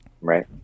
Right